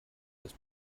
dass